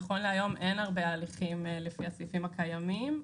נכון להיום אין הרבה הליכים לפי הסעיפים הקיימים.